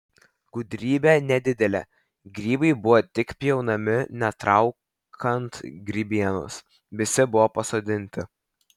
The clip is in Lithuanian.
gudrybė nedidelė grybai buvo tik pjaunami netraukant grybienos visi buvo pasodinti